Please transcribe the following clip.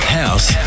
house